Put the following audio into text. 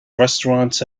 restaurants